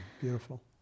beautiful